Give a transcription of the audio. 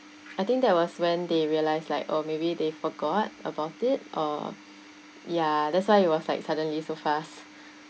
I think that was when they realised like or maybe they forgot about it or ya that's why it was like suddenly so fast